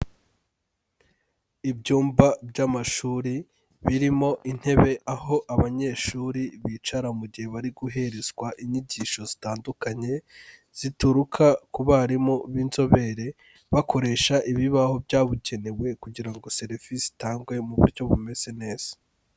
Ibyumba by'amashuri birimo intebe aho abanyeshuri bicara mu gihe bari guherezwa inyigisho zitandukanye zituruka ku barimu b'inzobere, bakoresha ibibaho byabugenewe kugira ngo serivisi itangwe mu buryo bumeze neza.